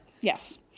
yes